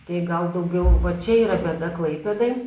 tai gal daugiau va čia yra bėda klaipėdai